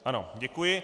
Ano, děkuji.